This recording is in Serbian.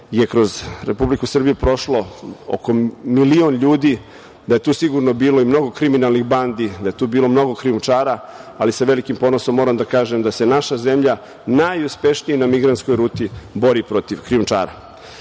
je kroz Republiku Srbiju prošlo oko milion ljudi, da je tu sigurno bilo mnogo kriminalnih bandi, da je tu bilo mnogo krijumčara, ali sa velikim ponosom moram da kažem da se naša zemlja najuspešnije na migrantskoj ruti bori protiv